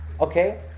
okay